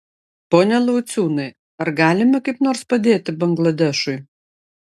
pone lauciūnai ar galime kaip nors padėti bangladešui